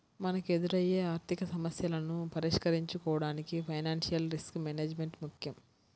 మనకెదురయ్యే ఆర్థికసమస్యలను పరిష్కరించుకోడానికి ఫైనాన్షియల్ రిస్క్ మేనేజ్మెంట్ ముక్కెం